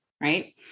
right